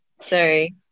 sorry